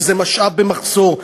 כי זה משאב במחסור,